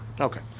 Okay